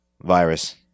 virus